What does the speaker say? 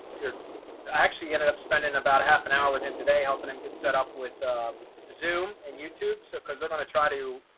they're actually ended up spending about half an hour with him today helping them get set up with zoom and youtube. so because they're going to try to